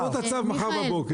תביאו את הצו מחר בבוקר,